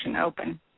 open